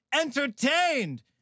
entertained